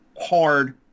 hard